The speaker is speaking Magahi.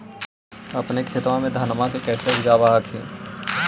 अपने खेतबा मे धन्मा के कैसे उपजाब हखिन?